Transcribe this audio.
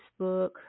facebook